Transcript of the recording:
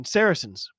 Saracens